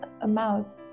amount